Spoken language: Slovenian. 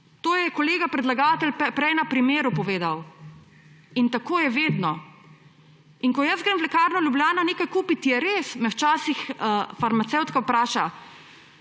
To je kolega predlagatelj prej na primeru povedal. In tako je vedno. In ko jaz grem v Lekarno Ljubljana nekaj kupiti, je res, me včasih farmacevtka vpraša,